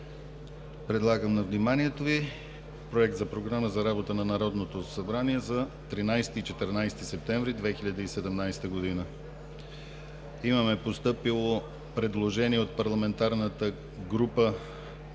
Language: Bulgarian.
Предлагам на вниманието Ви Проект за Програма за работата на Народното събрание за 13 и 14 септември 2017 г.. Имаме постъпило предложение от парламентарната група